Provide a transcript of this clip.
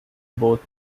both